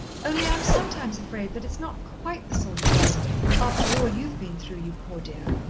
only i'm sometimes afraid that it's not quite the sort of life after all you've been through, you poor dear.